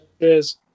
cheers